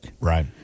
Right